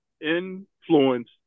influence